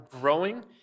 growing